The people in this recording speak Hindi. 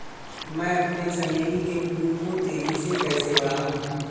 मैं अपने चमेली के फूल को तेजी से कैसे बढाऊं?